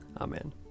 Amen